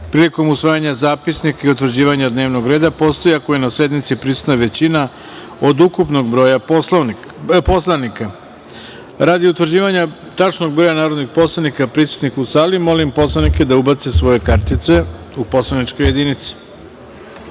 prilikom usvajanja zapisnika i utvrđivanja dnevnog reda postoji ako je na sednici prisutna većina od ukupnog broja narodnih poslanika. Radi utvrđivanja tačnog broja narodnih poslanika prisutnih u sali molim poslanike da ubace svoje kartice u poslaničke